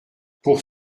pour